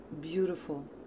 beautiful